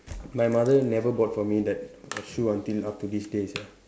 my mother never bought for me that that shoe until up to this day sia